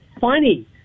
funny